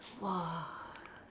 !wah!